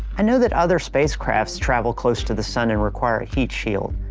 i know that other spacecrafts travel close to the sun and require a heat shield.